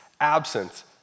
absence